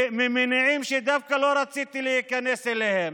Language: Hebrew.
וממניעים שדווקא לא רציתי להיכנס אליהם.